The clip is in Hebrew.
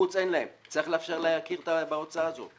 בחוץ אין להם צריך לאפשר להכיר בהוצאה הזאת.